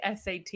SAT